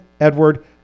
Edward